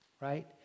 right